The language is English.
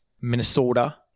Minnesota